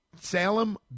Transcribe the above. Salem